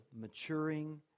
maturing